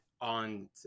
on